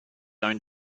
own